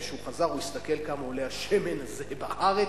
וכשהוא חזר הוא הסתכל כמה עולה השמן הזה בארץ,